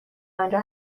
آنجا